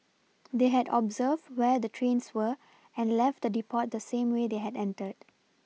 they had observed where the trains were and left the depot the same way they had entered